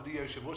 אדוני היושב-ראש,